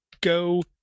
go